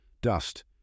dust